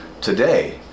Today